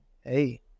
hey